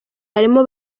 harimo